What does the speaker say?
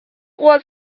was